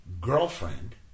girlfriend